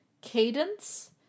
Cadence